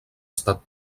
estat